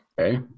Okay